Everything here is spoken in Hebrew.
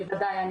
בוודאי.